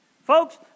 Folks